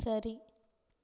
சரி